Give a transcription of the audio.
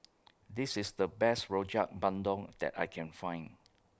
This IS The Best Rojak Bandung that I Can Find